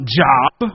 job